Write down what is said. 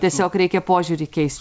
tiesiog reikia požiūrį keist